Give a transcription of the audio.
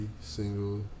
single